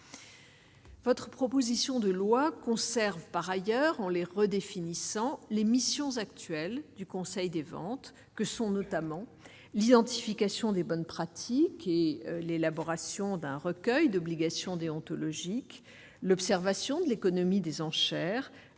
Votre proposition de loi conserve par ailleurs les redéfinissant les missions actuelles du Conseil des ventes que sont notamment l'identification des bonnes pratiques et l'élaboration d'un recueil d'obligations déontologiques, l'observation de l'économie des enchères,